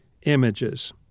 images